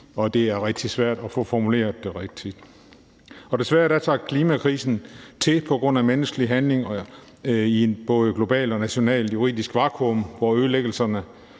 og det er rigtig svært at få formuleret det rigtigt. Og desværre tager klimakrisen til på grund af menneskelige handlinger i et både globalt og nationalt juridisk vakuum, hvor ødelæggende